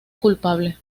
culpable